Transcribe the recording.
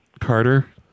carter